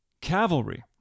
cavalry